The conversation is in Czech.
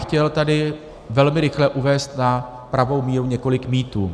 Chtěl bych tady velmi rychle uvést na pravou míru několik mýtů.